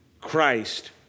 Christ